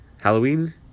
Halloween